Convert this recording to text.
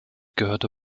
gehörte